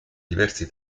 diversi